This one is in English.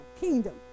Kingdom